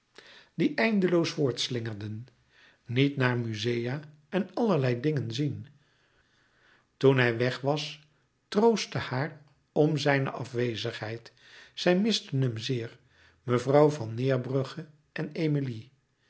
metamorfoze loos voortslingerden niet naar musea en allerlei dingen zien toen hij weg was troostten haar om zijne afwezigheid zij mistte hem zeer mevrouw van neerbrugge en emilie